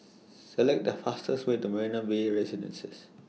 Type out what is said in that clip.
Select The fastest Way to Marina Bay Residences